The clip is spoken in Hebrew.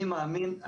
אני מאמין,